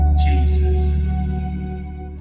Jesus